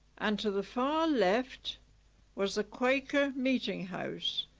and to the far left was the quaker meeting house,